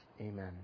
Amen